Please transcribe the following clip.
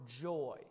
joy